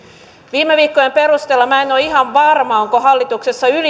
viime viikkojen perusteella minä en ole ihan varma onko hallituksessa